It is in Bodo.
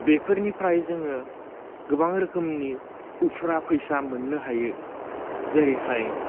बेफोरनिफ्राय जोङो गोबां रोखोमनि उफ्रा फैसा मोन्नो हायो जेरैहाय